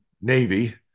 navy